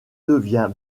devient